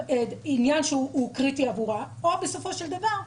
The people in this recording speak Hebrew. אם היא מדברת